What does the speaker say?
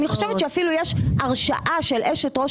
אני חושבת שאפילו יש הרשעה של אשת ראש